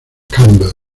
campbell